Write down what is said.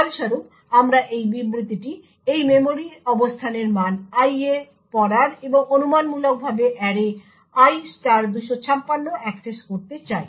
ফলস্বরূপ আমরা এই বিবৃতিটি এই মেমরি অবস্থানের মান i এ পড়ার এবং অনুমানমূলকভাবে অ্যারে i 256 অ্যাক্সেস করতে চাই